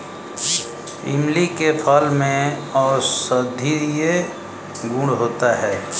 इमली के फल में औषधीय गुण होता है